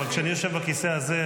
אבל כשאני יושב בכיסא הזה,